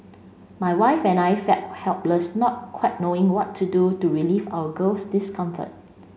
my wife and I felt helpless not quite knowing what to do to relieve our girl's discomfort